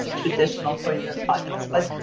and traditional for your podcast, but